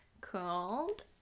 called